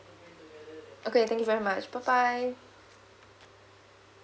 okay thank you very much bye bye